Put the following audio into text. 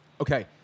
okay